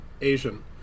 Asian